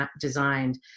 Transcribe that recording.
designed